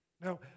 Now